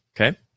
Okay